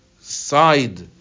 side